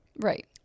Right